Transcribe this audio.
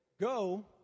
Go